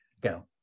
go